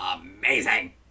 amazing